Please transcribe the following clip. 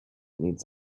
needs